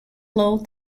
low